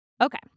Okay